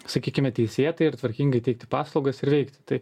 sakykime teisėtai ir tvarkingai teikti paslaugas ir veikti tai